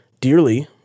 dearly